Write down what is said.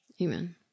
Amen